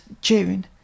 June